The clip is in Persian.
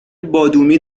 بادامی